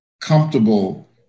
comfortable